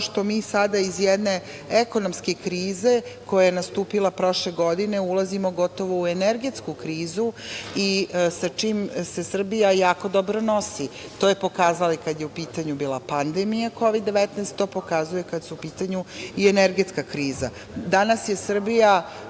što mi sada iz jedne ekonomske krize koja je nastupila prošle godine ulazimo gotovo u energetsku krizu i sa čim se Srbija jako dobro nosi. To je pokazala i kada je u pitanju bila pandemija Kovid - 19, to pokazuje i kada je u pitanju energetska kriza. Danas je Srbija